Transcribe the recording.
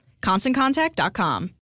ConstantContact.com